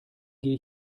gehe